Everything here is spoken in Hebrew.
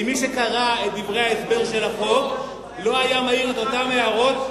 מי שקרא את דברי ההסבר של החוק לא היה מעיר את אותן הערות.